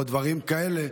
או דברים כאלה.